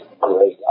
Great